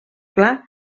clar